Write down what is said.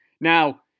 now